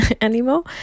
anymore